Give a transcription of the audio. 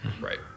Right